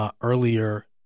earlier